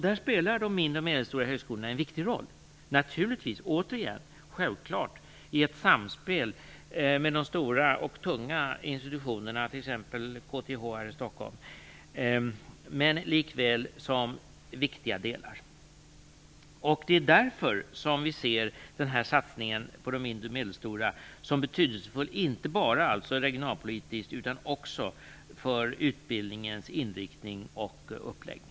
Här spelar de mindre och medelstora högskolorna en viktig roll, naturligtvis i ett samspel med de stora och tunga institutionerna, t.ex. KTH här i Stockholm. Det är därför som vi ser satsningen på de mindre och medelstora högskolorna som betydelsefull, inte bara regionalpolitiskt utan också för utbildningens inriktning och uppläggning.